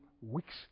weeks